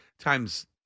times